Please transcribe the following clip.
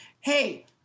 hey